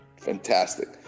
Fantastic